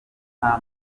nta